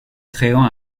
créant